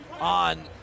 on